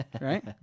right